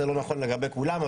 זה לא נכון לגבי כולם,